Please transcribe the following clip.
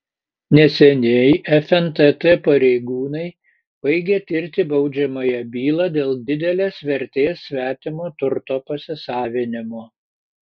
neseniai fntt pareigūnai baigė tirti baudžiamąją bylą dėl didelės vertės svetimo turto pasisavinimo